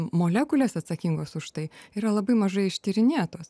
molekulės atsakingos už tai yra labai mažai ištyrinėtos